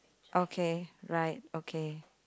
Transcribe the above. okay right okay